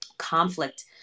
conflict